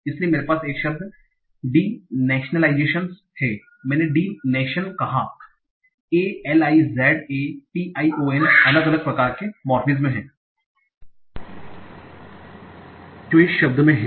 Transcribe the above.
इसलिए मेरे पास एक शब्द डिनेशनलाइजेशन denationalization वंचनाकरण है मैंने डी नेशन कहा a l i z ation अलग अलग प्रकार morpheme हैं जो इस शब्द में हैं